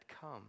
come